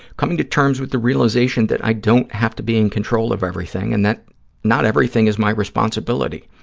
coming to terms with the realization that i don't have to be in control of everything and that not everything is my responsibility.